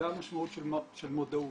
זו המשמעות של מודעות.